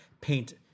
paint